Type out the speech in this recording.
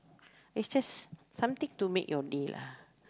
is just something to make your day lah